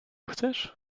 chcesz